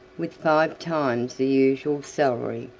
with five times the usual salary,